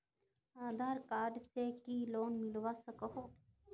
आधार card से की loan मिलवा सकोहो?